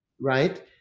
right